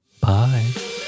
Bye